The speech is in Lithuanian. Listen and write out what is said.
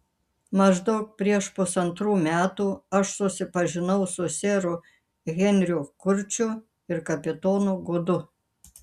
maždaug prieš pusantrų metų aš susipažinau su seru henriu kurčiu ir kapitonu gudu